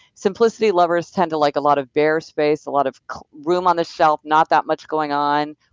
simplicity lovers tend to like a lot of bare space, a lot of room on the shelf, not that much going on,